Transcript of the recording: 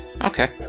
okay